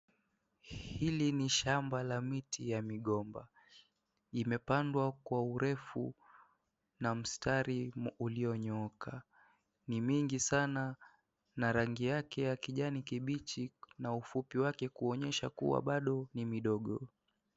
Hili ni shamba la miti ya migomba. Imepandwa kwa urefu na mistari iliyonyooka. Ni mingi sana na rangi yake ya kijani kibichi na ufupi wake kuonyesha kwamba bado ni midogo.